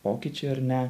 pokyčiai ar ne